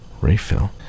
refill